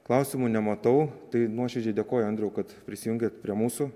klausimų nematau tai nuoširdžiai dėkoju andriau kad prisijungėt prie mūsų